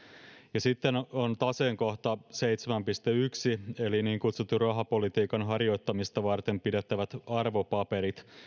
ja sitten on on taseen kohta seitsemän piste yksi eli niin kutsuttu rahapolitiikan harjoittamista varten pidettävät arvopaperit